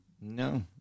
No